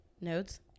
Nodes